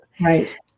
right